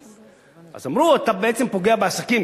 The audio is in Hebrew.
אז אמרו: אתה בעצם פוגע בעסקים,